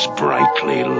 brightly